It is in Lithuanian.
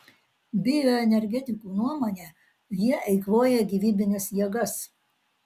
bioenergetikų nuomone jie eikvoja gyvybines jėgas